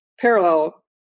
parallel